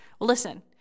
Listen